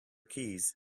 keys